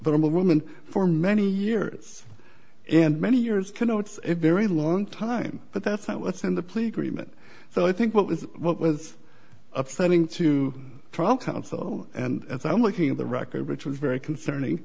but i'm a woman for many years and many years connotes a very long time but that's not what's in the please greenman so i think what was what was upsetting to trial counsel and i'm looking at the record which was very concerning